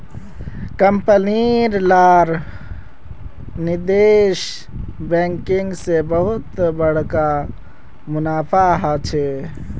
company लार निवेश banking से बहुत बड़का मुनाफा होचे